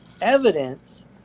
evidence